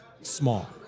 small